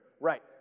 Right